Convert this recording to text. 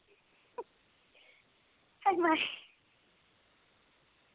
हाय माए